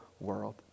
world